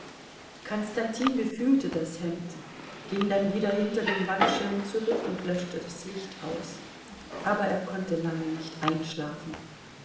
konstantin befühlte das hemd ging dann wieder hinter den wandschirm zurück und löschte das licht aus aber er konnte lange nicht einschlafen